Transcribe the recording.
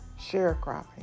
Sharecropping